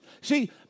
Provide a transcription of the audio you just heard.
See